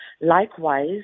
likewise